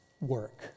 work